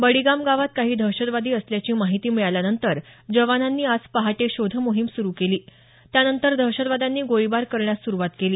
बडीगाम गावात काही दहशतवादी असल्याची माहिती मिळाल्यानंतर जनावांनी आज पहाटे शोधमोहीम स्रु केली त्यानंतर दहशतवाद्यांनी गोळीबार करण्यास सुरुवात केली